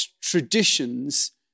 traditions